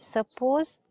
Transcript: Suppose